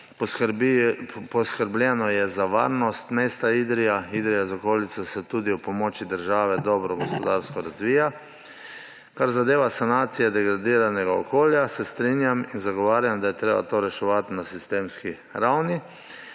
poskrbljeno je za varnost mesta Idrija. Idrija z okolico se tudi ob pomoči države dobro gospodarsko razvija. Kar zadeva sanacije degradiranega okolja, se strinjam in zagovarjam, da je treba to reševati na sistemski ravni.